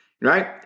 right